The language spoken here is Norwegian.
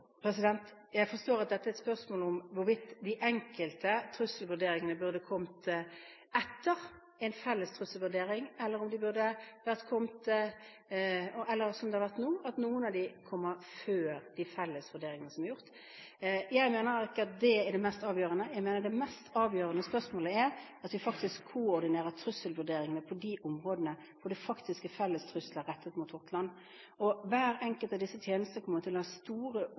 Jeg forstår at dette er et spørsmål om hvorvidt de enkelte trusselvurderingene burde ha kommet etter en felles trusselvurdering, eller – som det var nå – at noen av dem kommer før en felles vurdering. Jeg mener at det ikke er det som er det mest avgjørende. Jeg mener det mest avgjørende spørsmålet er at vi faktisk koordinerer trusselvurderingene på de områdene hvor det faktisk er felles trusler rettet mot vårt land. Hver enkelt av disse tjenestene kommer til å ha store områder som ikke er i krysspunkt med de andre, og